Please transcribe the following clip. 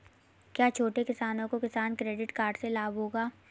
क्या छोटे किसानों को किसान क्रेडिट कार्ड से लाभ होगा?